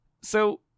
So-